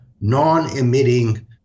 non-emitting